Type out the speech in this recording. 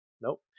nope